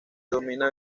domina